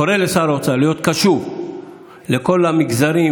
אני קורא לשר האוצר להיות קשוב לכל המגזרים